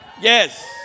Yes